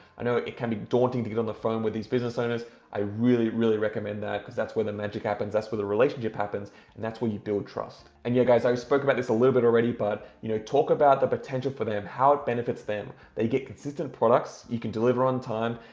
i know it can be daunting to get on the phone with these business owners. i really, really recommend that cause that's where the magic happens, that's where the relationship happens and that's where you build trust. and yeah, guys, i spoke about this a little bit already but you know talk about the potential for them, how it benefits them. they get consistent products, you can deliver on time.